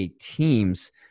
teams